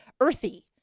earthy